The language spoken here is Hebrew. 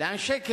לאנשי הקבע,